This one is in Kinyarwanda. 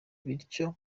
bityo